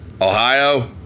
Ohio